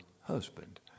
husband